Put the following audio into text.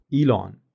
Elon